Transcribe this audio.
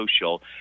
social